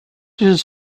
his